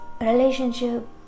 relationship